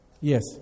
Yes